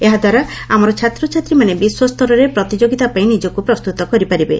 ଏହାଦ୍ୱାରା ଆମର ଛାତ୍ରଛାତ୍ରୀମାନେ ବିଶ୍ୱସ୍ତରରେ ପ୍ରତିଯୋଗିତା ପାଇଁ ନିଜକୁ ପ୍ରସ୍ତୁତ କରିପାରିବେ